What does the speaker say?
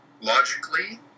logically